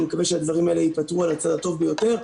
אני מקווה שהדברים האלה ייפתרו על הצד הטוב ביותר.